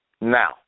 Now